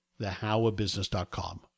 thehowofbusiness.com